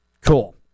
Cool